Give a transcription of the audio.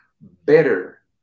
better